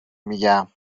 میگم